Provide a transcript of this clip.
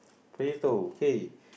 potato okay